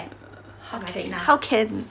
err how can how can